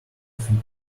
feet